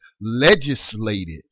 legislated